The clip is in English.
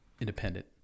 independent